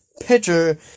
pitcher